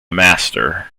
master